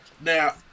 Now